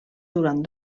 durant